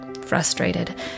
Frustrated